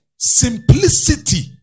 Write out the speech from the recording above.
simplicity